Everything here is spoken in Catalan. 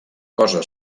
cosa